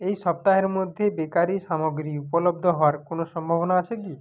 এই সপ্তাহের মধ্যে বেকারি সামগ্রী উপলব্ধ হওয়ার কোনও সম্ভাবনা আছে কি